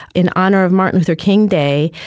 in honor of martin luther king day,